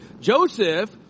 Joseph